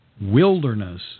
Wilderness